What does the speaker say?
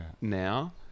Now